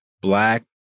black